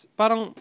parang